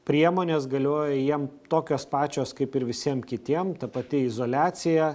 priemonės galioja jiem tokios pačios kaip ir visiem kitiem ta pati izoliacija